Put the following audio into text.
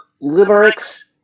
lyrics